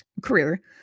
career